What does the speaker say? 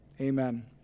Amen